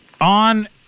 on